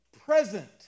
present